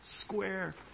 square